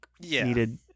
needed